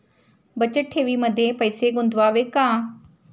बचत ठेवीमध्ये पैसे गुंतवावे का?